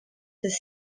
this